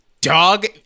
dog